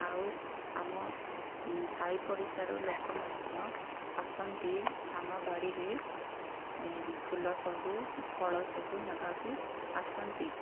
ଆଉ ଆମ ସାଇପଡ଼ିଶାରୁ ଲୋକ ମଧ୍ୟ ଆସନ୍ତି ଆମ ବାଡ଼ିରେ ଏ ଫୁଲ ସବୁ ଫଳ ସବୁ ନେବାକୁ ଆସନ୍ତି